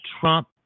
Trump